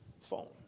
phone